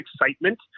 excitement